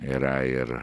yra ir